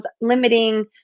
limiting